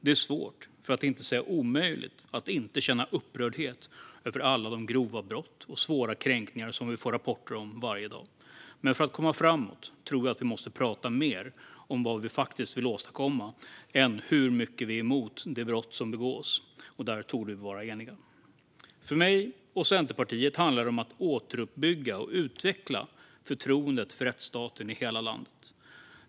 Det är svårt, för att inte säga omöjligt, att inte känna upprördhet över alla de grova brott och svåra kränkningar som vi får rapporter om varje dag. Men för att komma framåt tror jag att vi måste prata mer om vad vi faktiskt vill åstadkomma än om hur mycket vi är emot de brott som begås. Där torde vi vara eniga. För mig och Centerpartiet handlar det om att återuppbygga och utveckla förtroendet för rättsstaten i hela landet.